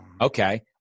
okay